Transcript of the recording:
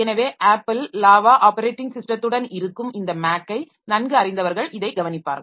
எனவே Apple lava operating ஸிஸ்டத்துடன் இருக்கும் இந்த மேக்கை நன்கு அறிந்தவர்கள் இதைக் கவனிப்பார்கள்